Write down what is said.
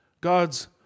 God's